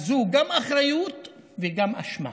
אז זו גם אחריות וגם אשמה,